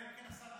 אלא אם כן השר,